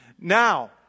Now